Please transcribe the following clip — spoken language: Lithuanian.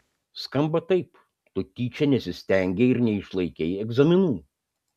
skamba taip tu tyčia nesistengei ir neišlaikei egzaminų